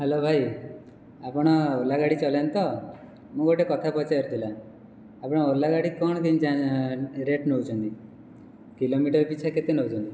hello ଭାଇ ଆପଣ ଓଲା ଗାଡ଼ି ଚଲାନ୍ତି ତ ମୁଁ ଗୋଟେ କଥା ପଚାରିଥିଲା ଆପଣ ଓଲା ଗାଡ଼ି କ'ଣ କେମିତି ରେଟ୍ ନେଉଛନ୍ତି କିଲୋମିଟର୍ ପିଛା କେତେ ନେଉଛନ୍ତି